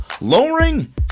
lowering